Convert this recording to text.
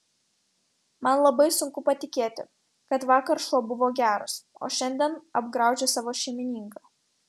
man labai sunku patikėti kad vakar šuo buvo geras o šiandien apgraužė savo šeimininką